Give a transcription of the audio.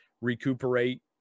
recuperate